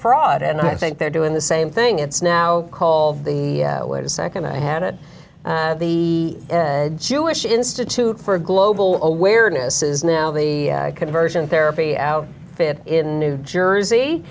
fraud and i think they're doing the same thing it's now call the wait a second i had it the jewish institute for global awareness is now the conversion therapy out fit in new jersey